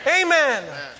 Amen